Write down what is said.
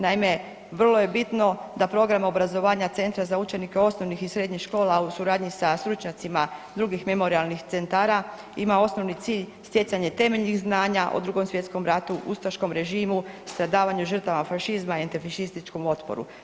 Naime, vrlo je bitno da program obrazovanja centra za učenike osnovnih i srednjih škola, a u suradnji sa stručnjacima drugih memorijalnih centara ima osnovni cilj stjecanje temeljnih znanja o II. svj. radu, ustaškom režimu, stradavanju žrtava fašizma i antifašističkom otporu.